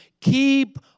Keep